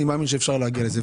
אני מאמין שאפשר להגיע לזה.